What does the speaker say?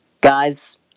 Guys